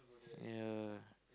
ya